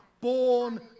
born